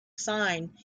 sign